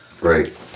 Right